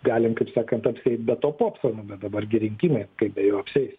galim kaip sakant apsieit be to popso bet dabar gi rinkimai kaip be jo apsieisi